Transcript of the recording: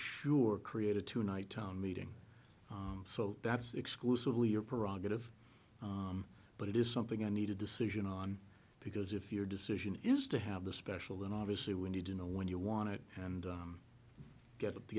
sure create a two night town meeting so that's exclusively your prerogative but it is something i need a decision on because if your decision used to have the special then obviously we need to know when you want it and get t